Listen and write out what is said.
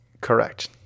correct